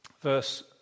Verse